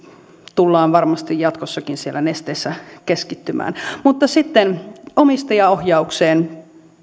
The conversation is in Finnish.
tullaan varmasti jatkossakin siellä nesteessä keskittymään mutta sitten omistajaohjaukseen